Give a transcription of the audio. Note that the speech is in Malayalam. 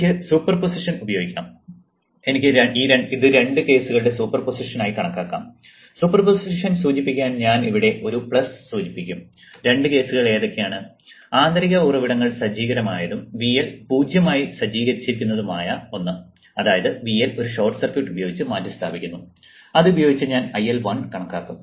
എനിക്ക് സൂപ്പർ പൊസിഷൻ ഉപയോഗിക്കാം എനിക്ക് ഇത് രണ്ട് കേസുകളുടെ സൂപ്പർ പൊസിഷൻ ആയി കണക്കാക്കാം സൂപ്പർ പൊസിഷൻ സൂചിപ്പിക്കാൻ ഞാൻ ഇവിടെ ഒരു സൂചിപ്പിക്കും രണ്ട് കേസുകൾ ഏതൊക്കെയാണ് ആന്തരിക ഉറവിടങ്ങൾ സജീവമായതും VL 0 ആയി സജ്ജീകരിച്ചിരിക്കുന്നതുമായ ഒന്ന് അതായത് VL ഒരു ഷോർട്ട് സർക്യൂട്ട് ഉപയോഗിച്ച് മാറ്റിസ്ഥാപിക്കുന്നു അതുപയോഗിച്ച് ഞാൻ IL1 കണക്കാക്കും